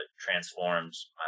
transforms